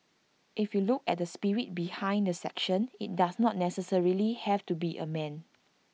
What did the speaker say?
if you look at the spirit behind the section IT does not necessarily have to be A man